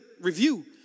review